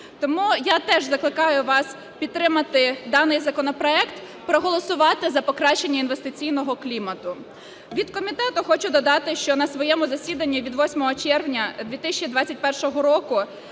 Тому я теж закликаю вас підтримати даний законопроект, проголосувати за покращення інвестиційного клімату. Від комітету хочу додати, що на своєму засіданні від 8 червня 2021 року